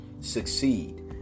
succeed